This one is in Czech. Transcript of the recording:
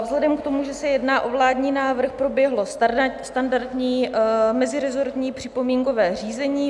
Vzhledem k tomu, že se jedná o vládní návrh, proběhlo standardní meziresortní připomínkové řízení.